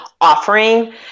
offering